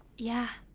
yeah.